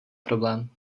problém